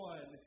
One